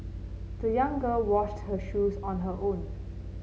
the young girl washed her shoes on her own